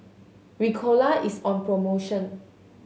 Ricola is on promotion